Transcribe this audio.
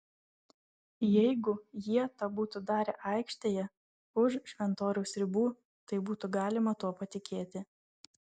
jeigu jie tą būtų darę aikštėje už šventoriaus ribų tai būtų galima tuo patikėti